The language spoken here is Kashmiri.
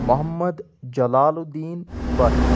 محمد جلاالدیٖن بٹ